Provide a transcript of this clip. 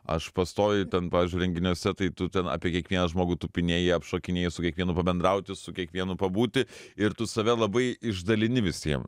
aš pastoviai ten pavyzdžiui renginiuose tai tu ten apie kiekvieną žmogų tupinėji apšokinėji su kiekvienu pabendrauti su kiekvienu pabūti ir tu save labai išdalini visiem